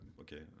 okay